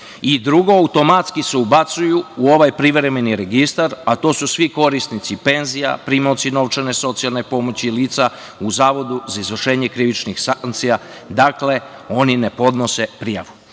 centra. Drugo, automatski se ubacuju u ovaj privremeni registar, a to su svi korisnici penzija, primaoci novčane socijalne pomoći, lica u Zavodu za izvršenje krivičnih sankcija. Dakle, oni ne podnose prijavu. Naravno,